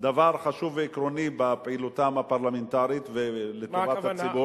דבר חשוב ועקרוני בפעילותם הפרלמנטרית ולטובת הציבור,